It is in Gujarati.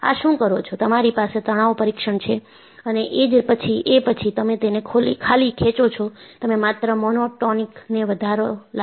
આ શું કરો છો તમારી પાસે તણાવ પરીક્ષણ છે અને એ પછી તમે તેને ખાલી ખેંચો છો તમે માત્ર મોનોટોનિક ને વધારો લાગુ કરો છો